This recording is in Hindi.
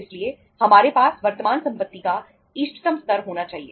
इसलिए हमारे पास वर्तमान संपत्ति का इष्टतम स्तर होना चाहिए